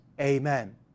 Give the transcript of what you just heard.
Amen